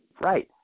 Right